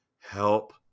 help